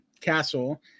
castle